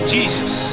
Jesus